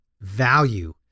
value